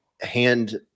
hand